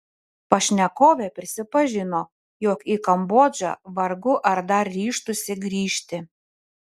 pašnekovė prisipažino jog į kambodžą vargu ar dar ryžtųsi grįžti